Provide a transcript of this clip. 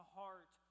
heart